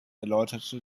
erläuterte